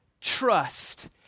trust